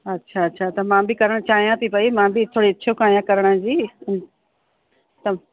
अच्छा छा त मां बि करण चाहियां थी पयी मां बि थोरी इच्छुक आहियां करण जी त